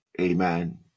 amen